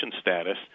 status